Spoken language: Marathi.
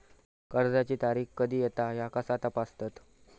कर्जाची तारीख कधी येता ह्या कसा तपासतत?